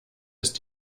ist